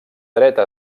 dreta